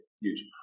huge